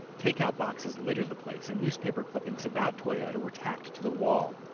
takeout boxes littered the place and newspaper clippings about toyota were tacked to the wall.